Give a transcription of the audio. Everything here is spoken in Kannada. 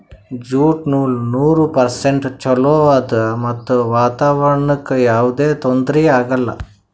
ಜ್ಯೂಟ್ ನೂಲ್ ನೂರ್ ಪರ್ಸೆಂಟ್ ಚೊಲೋ ಆದ್ ಮತ್ತ್ ವಾತಾವರಣ್ಕ್ ಯಾವದೇ ತೊಂದ್ರಿ ಆಗಲ್ಲ